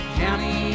county